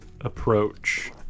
approach